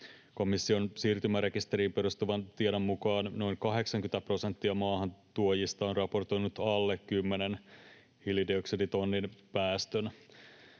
Komission siirtymärekisteriin perustuvan tiedon mukaan noin 80 prosenttia maahantuojista on raportoinut alle kymmenen hiilidioksiditonnin päästön.